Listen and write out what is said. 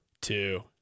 Two